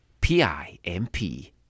P-I-M-P